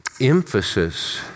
emphasis